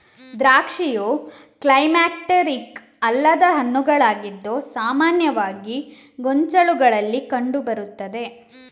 ದ್ರಾಕ್ಷಿಯು ಕ್ಲೈಮ್ಯಾಕ್ಟೀರಿಕ್ ಅಲ್ಲದ ಹಣ್ಣುಗಳಾಗಿದ್ದು ಸಾಮಾನ್ಯವಾಗಿ ಗೊಂಚಲುಗಳಲ್ಲಿ ಕಂಡು ಬರುತ್ತದೆ